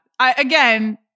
Again